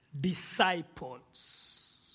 disciples